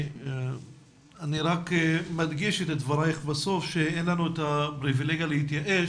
אני רק מדגיש את דברייך בסוף שאין לנו את הפריבילגיה להתייאש,